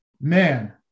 man